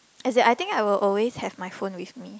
as in I think I will always have my phone with me